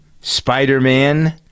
Spider-Man